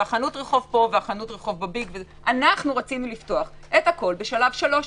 וחנות הרחוב פה וחנות הרחוב בביג - אנחנו רצינו לפתוח הכול בשלב 3,